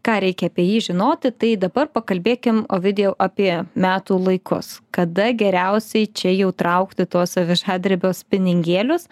ką reikia apie jį žinoti tai dabar pakalbėkim ovidijau apie metų laikus kada geriausiai čia jau traukti tuos avižadrebio spiningėlius